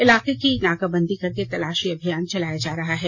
इलाके की नाकाबंदी करके तलाशी अभियान चलाया जा रहा है